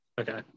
Okay